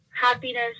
happiness